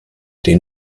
den